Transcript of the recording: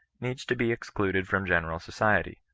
needs to be ex cluded from general society,